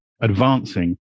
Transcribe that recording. advancing